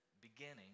beginning